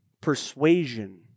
persuasion